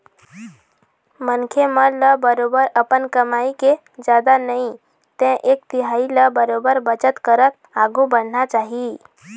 मनखे मन ल बरोबर अपन कमई के जादा नई ते एक तिहाई ल बरोबर बचत करत आघु बढ़ना चाही